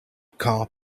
car